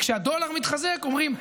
כשהשקל מתחזק, אז מה הם אומרים?